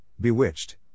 Bewitched